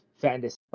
fantasy